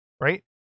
Right